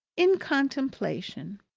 in contemplation.